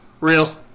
Real